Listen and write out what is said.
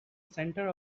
center